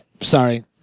sorry